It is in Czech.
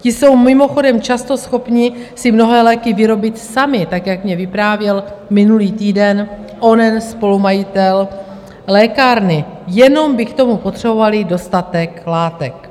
Ti jsou mimochodem často schopni si mnohé léky vyrobit sami, jak mi vyprávěl minulý týden onen spolumajitel lékárny, jenom by k tomu potřebovali dostatek látek.